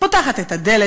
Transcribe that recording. פותחת את הדלת,